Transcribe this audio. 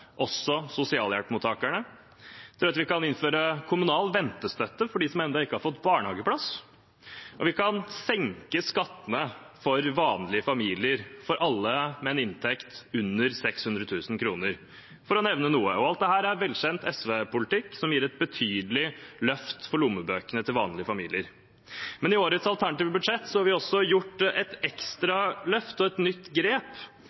også sosialhjelpsmottakerne. Det gjør at vi kan innføre kommunal ventestøtte for dem som ennå ikke har fått barnehageplass, og vi kan senke skattene for vanlige familier, for alle med en inntekt under 600 000 kr, for å nevne noe. Alt dette er velkjent SV-politikk som gir et betydelig løft for lommebøkene til vanlige familier. Men i årets alternative budsjett har vi også gjort et ekstra løft og et nytt grep